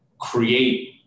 create